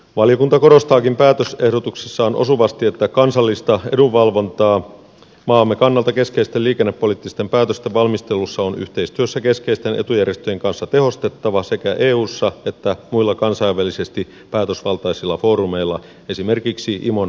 valiokunta korostaakin päätösehdotuksessaan osuvasti että kansallista edunvalvontaa maamme kannalta keskeisten liikennepoliittisten päätösten valmistelussa on yhteistyössä keskeisten etujärjestöjen kanssa tehostettava sekä eussa että muilla kansainvälisesti päätösvaltaisilla foorumeilla esimerkiksi imon alakomiteoissa